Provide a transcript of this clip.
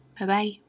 Bye-bye